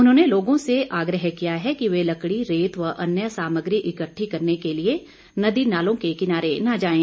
उन्होंने लोगों से आग्रह किया है कि वे लकड़ी रेत व अन्य सामग्री इकट्ठी करने के लिए नदी नालों के किनारे न जाएं